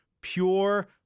pure